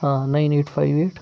آ nine eight five eight